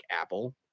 Apple